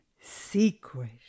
secret